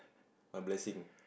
my blessing